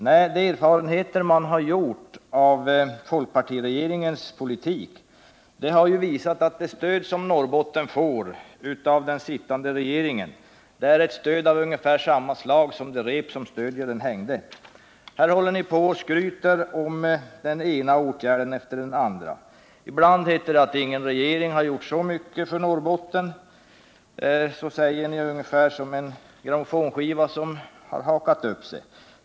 Nej, de erfarenheter man har gjort av folkpartiregeringens politik har visat att det stöd som Norrbotten får av den sittande regeringen är ett stöd av ungefär samma slag som det rep som stöder den hängde. Här skryter ni över den ena åtgärden efter den andra. Ni säger att ingen regering gjort så mycket för Norrbotten som den nuvarande regeringen. Det låter som en grammofonskiva som har hakat upp sig.